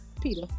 Peter